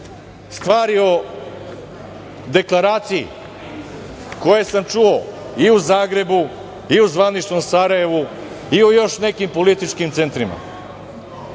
stvari o deklaraciji koje sam čuo i u Zagrebu i u zvaničnom Sarajevu i u još nekim političkim centrima. Imali